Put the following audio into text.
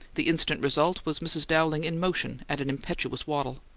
the instant result was mrs. dowling in motion at an impetuous waddle.